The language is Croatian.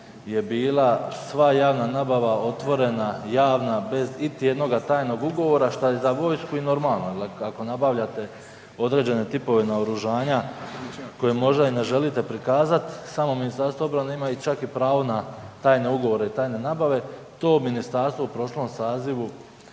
je bila sva javna nabava otvorena, javna bez iti jednoga tajnog ugovora šta je za vojsku i normalno jel ako nabavljate određene tipove naoružanja koje ne želite prikazat samo Ministarstvo obrane ima čak i pravo na tajne ugovore i na tajne nabave. To ministarstvo u prošlom sazivu